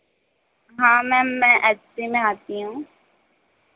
हाँ मैम मैं S C में आती हूँ